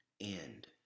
end